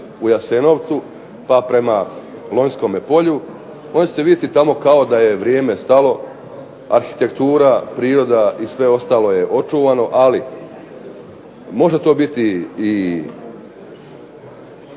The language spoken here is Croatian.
u Jasenovcu pa prema Lonjskome polju, možete vidjeti tamo kao da je vrijeme stalo, arhitektura, priroda i sve ostalo je očuvano. Ali može to biti i